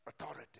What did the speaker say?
Authority